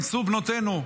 נאנסו בנותינו.